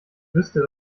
wüsste